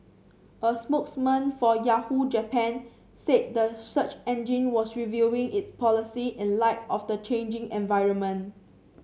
a spokesman for Yahoo Japan said the search engine was reviewing its policy in light of the changing environment